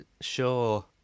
sure